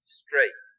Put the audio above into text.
straight